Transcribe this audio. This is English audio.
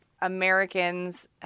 Americans